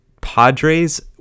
Padres